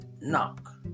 knock